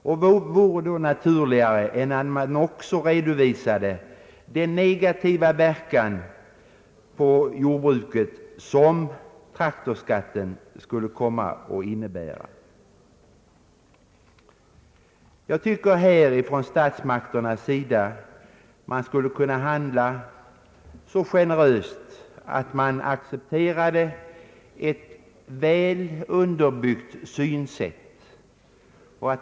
Vad vore då naturligare än att man också redovisade den negativa verkan på jordbruket som traktorskatten skulle komma att innebära? Jag tycker att man från statsmakternas sida borde kunna handla så generöst att man accepterade vårt väl underbyggda synsätt.